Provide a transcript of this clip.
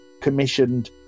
commissioned